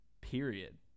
Period